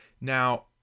Now